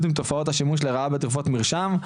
עם תופעת השימוש לרעה בתרופות מרשם,